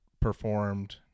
performed